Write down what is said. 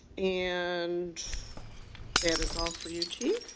and that is all for you, chief